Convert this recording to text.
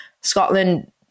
Scotland